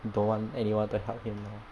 don't want anyone to help him now